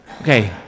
Okay